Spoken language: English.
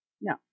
No